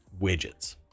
widgets